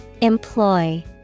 Employ